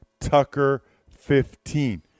Tucker15